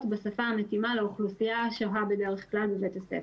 ובשפה המתאימה לאוכלוסייה השוהה בדרך כלל בבית הספר."